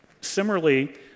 similarly